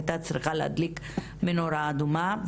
הייתה צריכה להדליק נורה אדומה.